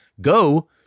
Go